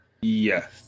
Yes